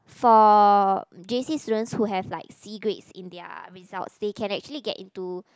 for J_C students who have like C grades in their results they can actually get into